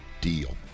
deal